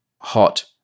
hot